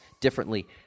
differently